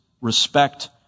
respect